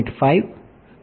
5 0